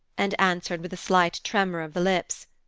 and answered with a slight tremor of the lips,